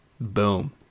Boom